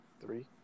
Three